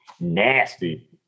nasty